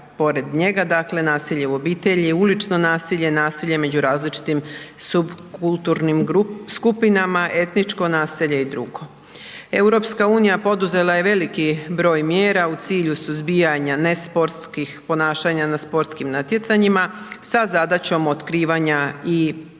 pored njega dakle nasilje u obitelji, ulično nasilje, nasilje među različitim subkulturnim skupinama, etničko nasilje i dr. EU poduzela je veliki broj mjera u cilju suzbijanja nesportskih ponašanja na sportskim natjecanja sa zadaćom otkrivanja i pokretanja